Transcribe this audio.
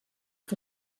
que